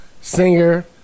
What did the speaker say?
singer